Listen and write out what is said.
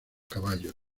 caballos